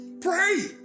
Pray